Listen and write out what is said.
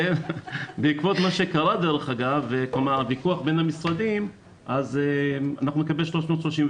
בעקבות הוויכוח בין המשרדים אנחנו נקבל 332